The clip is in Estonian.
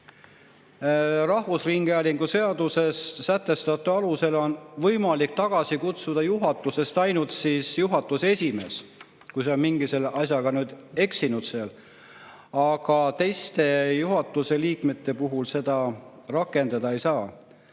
Rahvusringhäälingu seaduses sätestatu alusel on võimalik tagasi kutsuda juhatusest ainult juhatuse esimees, kui ta on mingi asjaga eksinud, aga teiste juhatuse liikmete puhul seda rakendada ei saa.